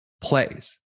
plays